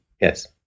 yes